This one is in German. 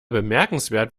bemerkenswert